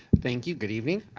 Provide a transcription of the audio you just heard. thank you, good evening.